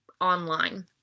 online